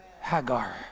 Hagar